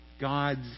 God's